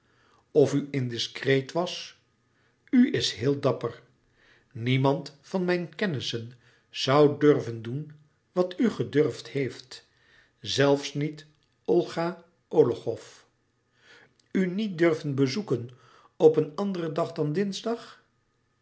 of u indiscreet was u is heel dapper niemand van mijn kennissen zoû durven doen wat u gedurfd heeft zelfs niet olga ologhow louis couperus metamorfoze u niet durven bezoeken op een anderen dag dan dinsdag